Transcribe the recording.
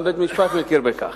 גם בית-המשפט מכיר בכך.